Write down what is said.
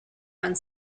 one